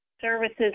services